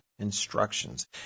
instructions